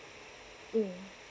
mm